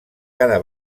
cada